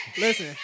Listen